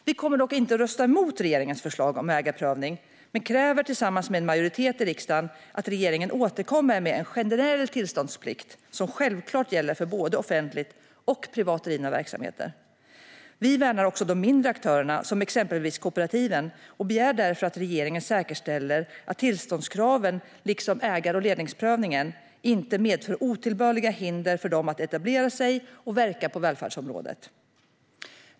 Vi kommer dock inte att rösta emot regeringens förslag om ägarprövning, men vi kräver tillsammans med en majoritet i riksdagen att regeringen återkommer med en generell tillståndsplikt som självklart gäller för både offentligt och privat drivna verksamheter. Vi värnar också de mindre aktörerna, exempelvis kooperativen, och begär därför att regeringen säkerställer att tillståndskraven, liksom ägar och ledningsprövningen, inte medför otillbörliga hinder för dem att etablera sig och verka på välfärdsområdet.